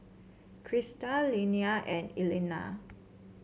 Krysta Leanna and Elena